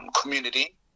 community